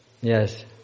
Yes